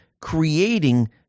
creating